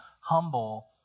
humble